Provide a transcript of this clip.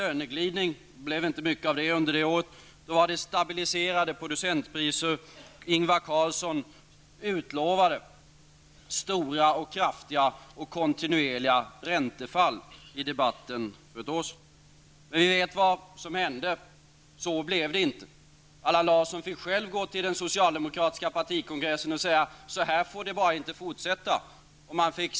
Löneglidningen skulle ha bromsats, men det blev inte mycket av det under det året. Carlsson utlovade stora, kraftiga och kontinuerliga räntefall. Vi vet vad som hände. Så blev det inte. Allan Larsson fick själv säga till den socialdemokratiska partikongressen att det inte fick bli en fortsättning på detta.